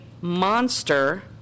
monster